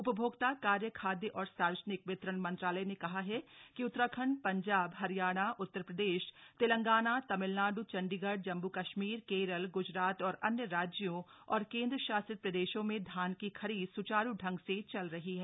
उपभोक्ता कार्य खाद्य और सार्वजनिक वितरण मंत्रालय ने कहा है कि उत्तराखंड पंजाब हरियाणा उत्तर प्रदेश तेलंगाना तमिलनाड् चंडीगढ़ जम्मू कश्मीर केरल गुजरात और अन्य राज्यों और केंद्रशासित प्रदेशों में धान की खरीद सुचारु संग से चल रही है